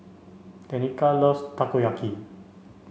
Tenika loves Takoyaki